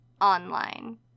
online